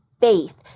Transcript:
faith